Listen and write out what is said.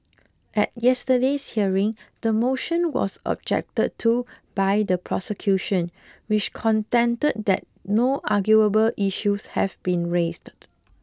at yesterday's hearing the motion was objected to by the prosecution which contended that no arguable issues have been raised